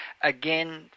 again